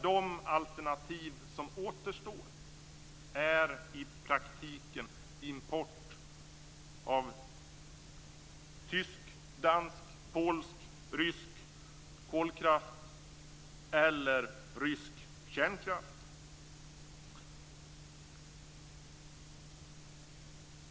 De alternativ som återstår är i praktiken import av tysk, dansk, polsk och rysk kolkraft eller rysk kärnkraft.